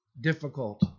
Difficult